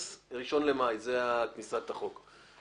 אם כן, 1 במאי 2019 כניסת החוק.